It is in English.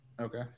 Okay